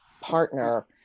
partner